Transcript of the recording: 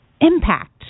impact